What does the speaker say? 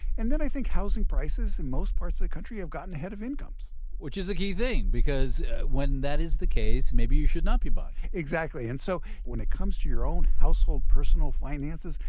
and then i think housing prices in most parts of the country have gotten ahead of incomes which is a key thing, because when that is the case, maybe you should not be buying exactly. and so when it comes to your own household-personal finances,